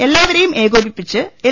എല്ലാവരെയും ഏകോപിപ്പിച്ച് എൽ